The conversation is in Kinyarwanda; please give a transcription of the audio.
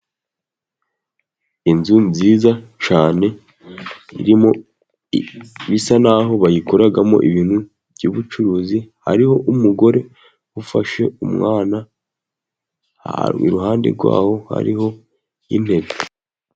Inzu nziza cyane irimo bisa naho aho bayikoreramo ibintu by'ubucuruzi, hariho umugore ufashe umwana iruhande rwaho hariho intebe.